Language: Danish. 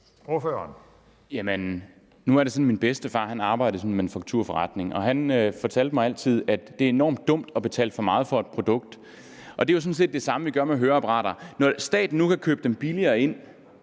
sådan, at min bedstefar arbejdede i en manufakturforretning, og han fortalte mig altid, at det er enormt dumt at betale for meget for et produkt. Det er sådan set det samme, vi gør med høreapparater. Når staten nu kan købe dem billigere ind,